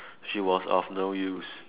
she was of no use